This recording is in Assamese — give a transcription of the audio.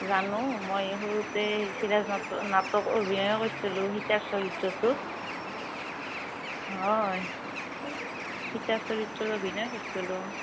জানো মই সৰুতে চিৰাজ না নাটক অভিনয় কৰিছিলোঁ সীতা চৰিত্ৰটোত হয় সীতা চৰিত্ৰত অভিনয় কৰিছিলো